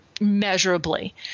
measurably